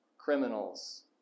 criminals